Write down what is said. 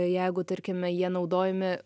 jeigu tarkime jie naudojami